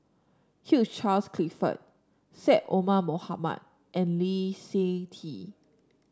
Hugh Charles Clifford Syed Omar Mohamed and Lee Seng Tee